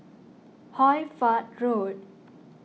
Hoy Fatt Road